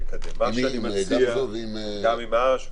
למה היא לא אמרה את זה?